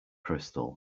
crystal